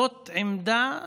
זאת עמדה